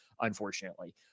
unfortunately